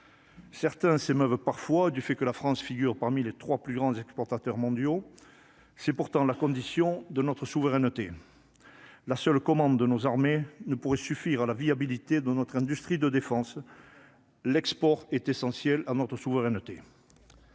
Certains s'émeuvent parfois du fait que la France figure parmi les 3 plus grands exportateurs mondiaux, c'est pourtant la condition de notre souveraineté, la seule commande de nos armées ne pourrait suffire à la viabilité de notre industrie de défense, l'export est essentiel à notre souveraineté.